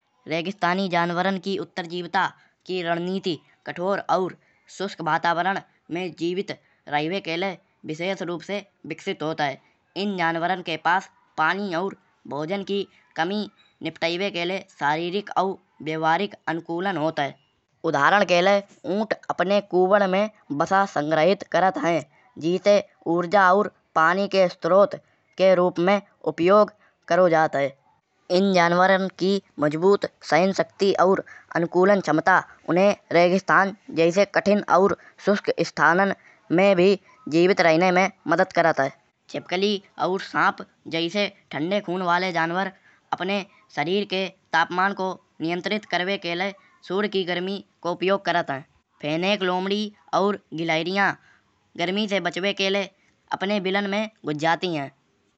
रेगिस्तानी जानवरन की उत्तर्जेविता की रण नीति कठोर और सूस्क वातावरण में जीवित रहिबे के लाए विशेष रूप से विकसित होत है। इन जानवरन के पास पानी और भोजन की कमी निपटाइबे के लाए शारीरिक और व्यवहारिक अनुकूलन होत है। उदाहरण के लाए ऊंट अपने कूबड़ में वसा संग्रहित करत है। जीते ऊर्जा और पानी के स्रोत के रूप में उपयोग करो जात है। इन जानवरन की मजबूत सहन शक्ति और अनुकूलन क्षमता उन्हें रेगिस्तान जैसे कठिन और सूस्क स्थानन में भी जीवित रहिने में मदद करत है। छिपकली और सांप जैसे ठंडे खून वाले जानवर अपने शरीर के तापमान को नियंत्रित करिबे के लाए सूर्य की गर्मी को उपयोग करत है। फेनेक लोमड़ी और गिलहरियां गर्मी से बचिबे के लाए अपने बिलन में घुस जाती है।